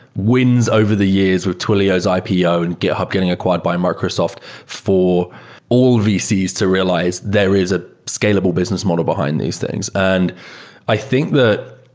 wins over the years with twilio's ah ipo and github getting acquired by microsoft for all vcs to realize there is a scalable business model behind these things. and i think that,